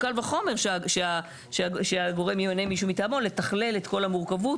קל וחומר שהגורם ימנה מישהו מטעמו בשביל לתכלל את כל המורכבות.